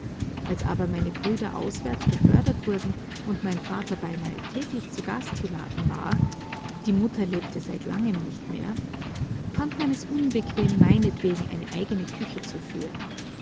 als aber meine brüder auswärts befördert wurden und mein vater beinahe täglich zu gast geladen war die mutter lebte seit lange nicht mehr fand man es unbequem meinetwegen eine eigene küche zu führen